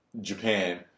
Japan